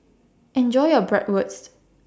Enjoy your Bratwurst